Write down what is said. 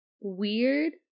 Weird